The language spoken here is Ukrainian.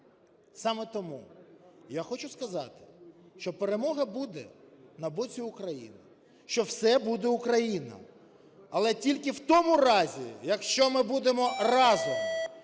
Саме тому я хочу сказати, що перемога буде на боці України, що все буде Україна, але тільки в тому разі, якщо ми будемо разом,